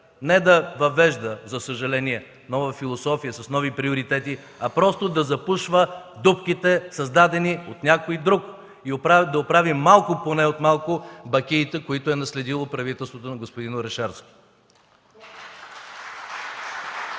не да въвежда, за съжаление, нова философия с нови приоритети, а просто да запушва дупките, създадени от някой друг и да оправим малко поне от малко бакиите, които е наследило правителството на господин Орешарски.